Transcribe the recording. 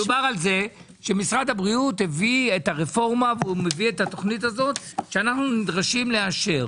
משרד הבריאות הביא את הרפורמה ומביא את התוכנית הזו שאנו נדרשים לאשר.